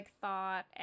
thought